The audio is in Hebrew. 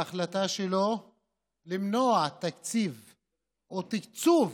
בהחלטה שלו למנוע תקציב או תקצוב